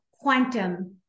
quantum